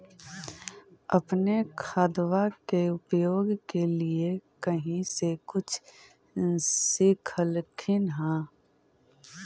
अपने खादबा के उपयोग के लीये कही से कुछ सिखलखिन हाँ?